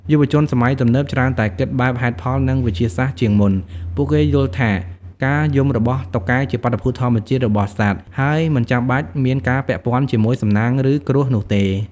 យុវជនសម័យទំនើបច្រើនតែគិតបែបហេតុផល និងវិទ្យាសាស្ត្រជាងមុន។ ពួកគេយល់ថាការយំរបស់តុកែជាបាតុភូតធម្មជាតិរបស់សត្វ ហើយមិនចាំបាច់មានការពាក់ព័ន្ធជាមួយសំណាងឬគ្រោះនោះទេ។